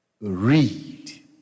read